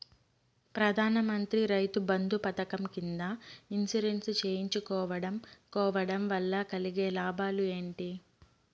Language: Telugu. ప్రధాన మంత్రి రైతు బంధు పథకం కింద ఇన్సూరెన్సు చేయించుకోవడం కోవడం వల్ల కలిగే లాభాలు ఏంటి?